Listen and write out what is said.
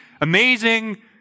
amazing